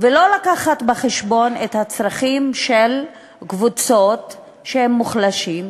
ולא להביא בחשבון את הצרכים של קבוצות שהן מוחלשות,